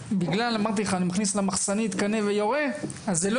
אמרתי שאני מכניס למחסנית כדור ויורה אז זה אפילו לא